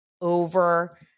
over